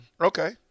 Okay